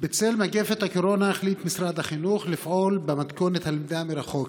בשל מגפת הקורונה החליט משרד החינוך לפעול במתכונת הלמידה מרחוק,